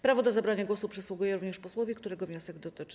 Prawo do zabrania głosu przysługuje również posłowi, którego wniosek dotyczy.